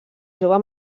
jove